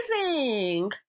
amazing